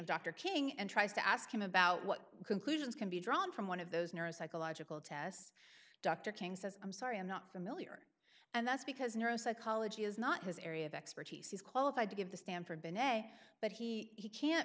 dr king and tries to ask him about what conclusions can be drawn from one of those neuropsychological tests dr king says i'm sorry i'm not familiar and that's because neuro psychology is not his area of expertise he's qualified to give the stanford binay but he he can't